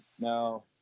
No